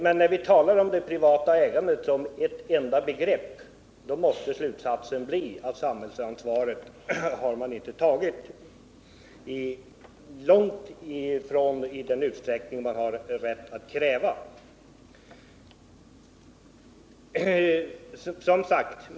Men när vi talar om det privata ägandet som ett enda begrepp måste slutsatsen bli att samhällsansvar inte tagits i den utsträckning man har rätt att kräva.